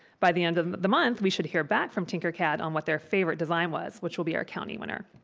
by the end of the month, we should hear back from tinkercad on what their favorite design was, which will be our county winner.